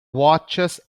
watches